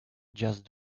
just